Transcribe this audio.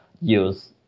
use